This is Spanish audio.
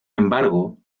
embargo